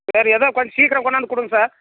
சரி ஏதோ கொஞ்சம் சீக்கிரம் கொண்டாந்து கொடுங்க சார்